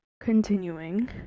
continuing